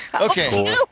Okay